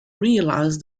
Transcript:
realize